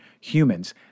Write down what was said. humans